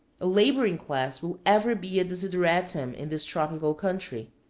a laboring class will ever be a desideratum in this tropical country.